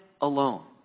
alone